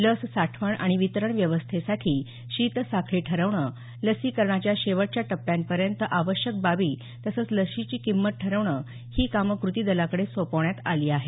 लस साठवण आणि वितरण व्यवस्थेसाठी शीत साखळी ठरवणं लसीकरणाच्या शेवटच्या टप्प्यांपर्यंत आवश्यक बाबी तसंच लसीची किंमत ठरवणं ही कामं कृती दलाकडे सोपवण्यात आली आहेत